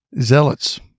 zealots